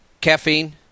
caffeine